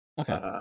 Okay